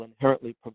inherently